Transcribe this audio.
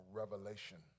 revelation